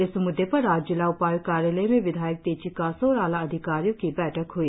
इस मुद्दे पर आज जिला उपाय्क्त कार्यालय में विधायक तेची कासो और आला अधिकारियों की बैठक ह्ई